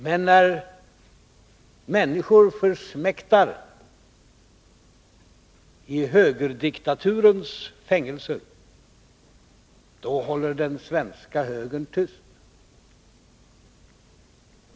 Men när människor försmäktar i högerdiktaturens fängelser, då håller den svenska högern tyst.